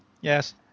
Yes